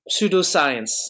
pseudoscience